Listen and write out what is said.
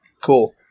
Cool